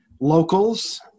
locals